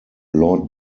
lord